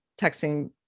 texting